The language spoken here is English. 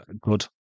good